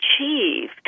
achieve